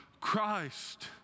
Christ